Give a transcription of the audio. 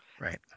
right